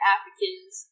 Africans